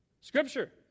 Scripture